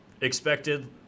expected